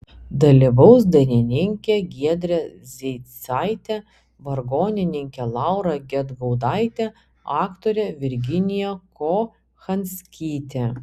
dalyvaus dainininkė giedrė zeicaitė vargonininkė laura gedgaudaitė aktorė virginija kochanskytė